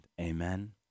Amen